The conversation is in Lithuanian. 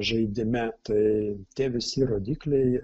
žaidime tai tie visi rodikliai